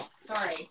sorry